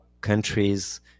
countries